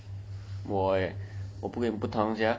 我 eh 我跟你不同 sia